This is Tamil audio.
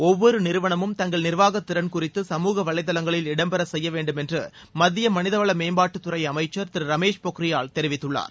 ஒவ்வொரு நிறுவனமும் தங்கள் நிர்வாகத்திறன் குறித்து சமூக வலைதளங்களில் இடம்பெற செய்யவேண்டும் என்று மத்திய மனிதவள மேம்பாட்டுத்துறை அமைச்சர் திரு ரமேஷ் பொக்ரியால் தெரிவித்துள்ளார்